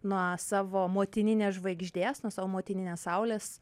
nuo savo motininės žvaigždės nuo savo motininės saulės